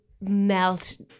melt